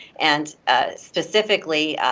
and specifically,